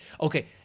Okay